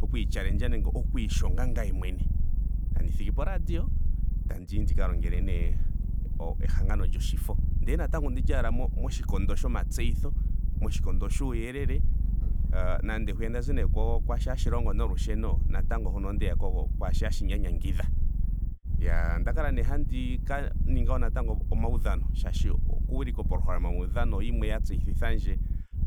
Okwii challenger nenge. okwiishonga ngaye mwene tandi thigipo oradio. tandiyi ndi ka longele nee ehangano lyoshifo. Ndee natango ondili ashike moshikondo shomatseyitho. moshikondo shuuyelele nenge hwiya ndazi nee kwali hashi longo nolusheno. ondeya kwaashi hashi nyanyangidha. Iyaa onda kala nee handi ka ninga omaudhano. shaashi oku wilika opolohalama yomaudhano oyo yimweya tseyithithandje